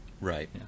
Right